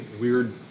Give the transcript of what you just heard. weird